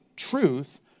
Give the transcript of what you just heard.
truth